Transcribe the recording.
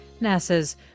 NASA's